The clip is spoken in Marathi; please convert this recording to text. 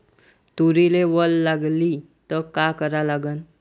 तुरीले वल लागली त का करा लागन?